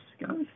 guys